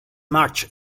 march